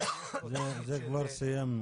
-- זה כבר סיימנו,